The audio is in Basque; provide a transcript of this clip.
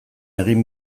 egin